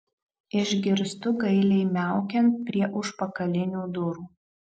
išgirstu gailiai miaukiant prie užpakalinių durų